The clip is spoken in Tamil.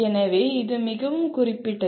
எனவே இது மிகவும் குறிப்பிட்டது